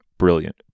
Brilliant